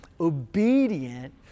obedient